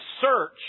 search